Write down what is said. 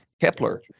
Kepler